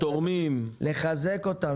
לחזק אותם.